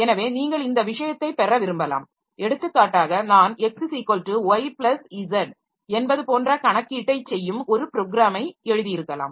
எனவே நீங்கள் இந்த விஷயத்தை பெற விரும்பலாம் எடுத்துக்காட்டாக நான் x y z என்பது போன்ற கணக்கீட்டை செய்யும் ஒரு ப்ரோக்ராமை எழுதியிருக்கலாம்